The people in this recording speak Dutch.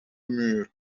muur